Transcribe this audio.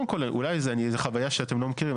זה חוויה שאתם לא מכירים,